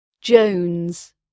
Jones